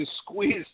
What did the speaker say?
squeeze